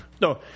No